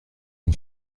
mon